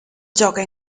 gioca